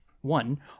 one